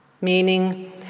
meaning